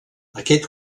aquest